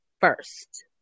first